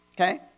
Okay